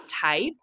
type